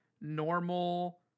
normal